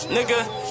Nigga